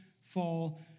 fall